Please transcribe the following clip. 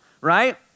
Right